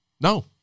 No